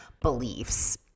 beliefs